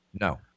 No